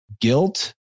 guilt